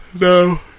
No